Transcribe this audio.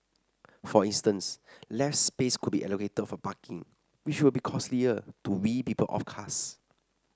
for instance less space could be allocated for parking which will be costlier to wean people off cars